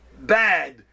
bad